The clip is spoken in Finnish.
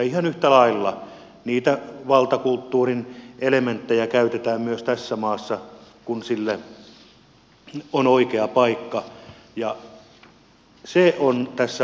ihan yhtä lailla niitä valtakulttuurin elementtejä käytetään myös tässä maassa kun sille on oikea paikka ja se on tässä ongelma